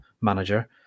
manager